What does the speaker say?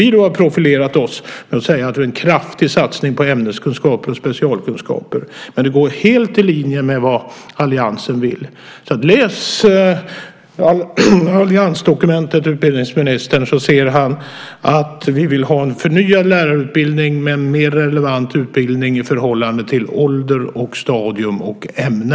Vi har profilerat oss genom att säga att det ska vara en kraftig satsning på ämneskunskaper och specialkunskaper. Detta är helt i linje med vad alliansen vill. Om utbildningsministern läser alliansdokumentet så ser han att vi vill ha en förnyad lärarutbildning, en mer relevant utbildning i förhållande till ålder, stadium och ämne.